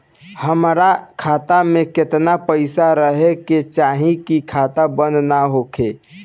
हमार खाता मे केतना पैसा रहे के चाहीं की खाता बंद ना होखे?